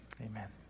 amen